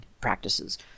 practices